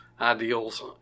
ideals